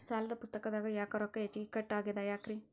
ಸಾಲದ ಪುಸ್ತಕದಾಗ ಯಾಕೊ ರೊಕ್ಕ ಹೆಚ್ಚಿಗಿ ಕಟ್ ಆಗೆದ ಯಾಕ್ರಿ?